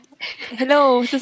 hello